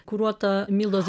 kuruota mildos